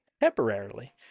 temporarily